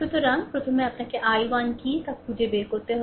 সুতরাং প্রথমে আপনাকে i1 কী তা খুঁজে বের করতে হবে